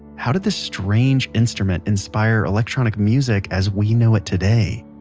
how did this strange instrument inspire electronic music as we know it today?